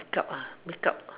make up make up